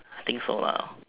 I think so lah